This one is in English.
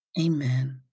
Amen